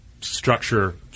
Structure